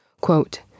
Quote